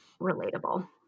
relatable